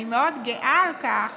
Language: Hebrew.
אני מאוד גאה על כך